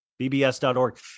bbs.org